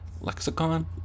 Lexicon